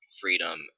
freedom